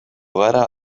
gara